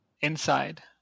inside